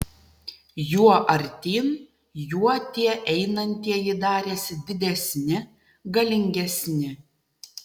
juo artyn juo tie einantieji darėsi didesni galingesni